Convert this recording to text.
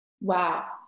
Wow